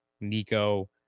nico